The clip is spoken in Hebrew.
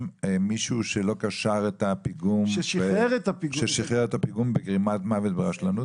מישהו ששחרר את הפיגום בגרימת מוות ברשלנות?